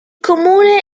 comune